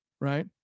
right